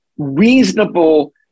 reasonable